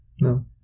No